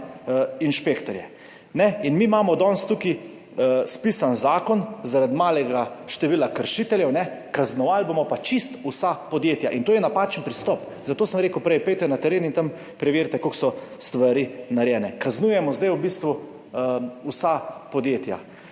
inšpektorje. Mi imamo danes tukaj spisan zakon zaradi malega števila kršiteljev, kaznovali bomo pa čisto vsa podjetja. To je napačen pristop. Zato sem prej rekel, pojdite na teren in tam preverite, kako so stvari narejene. Zdaj kaznujemo v bistvu vsa podjetja.